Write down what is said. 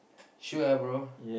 she will have bro